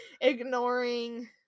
ignoring